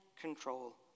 control